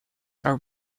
are